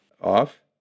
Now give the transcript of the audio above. off